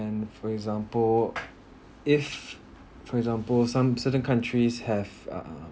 and for example if for example some certain countries have uh